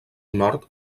nord